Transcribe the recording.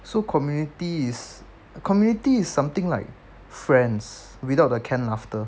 so community is community is something like friends without the canned laughter